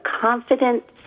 confidence